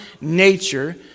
nature